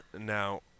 Now